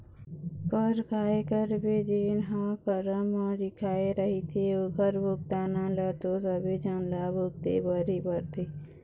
फेर काय करबे जेन ह करम म लिखाय रहिथे ओखर भुगतना ल तो सबे झन ल भुगते बर ही परथे